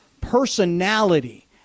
personality